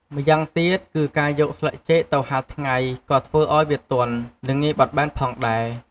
ម៉្យាងទៀតគឺការយកស្លឹកចេកទៅហាលថ្ងៃក៏ធ្វើឱ្យវាទន់ និងងាយបត់ផងដែរ។